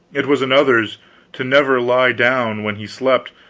it was another's to never lie down when he slept,